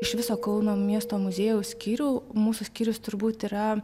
iš viso kauno miesto muziejaus skyrių mūsų skyrius turbūt yra